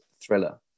thriller